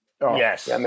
yes